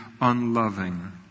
unloving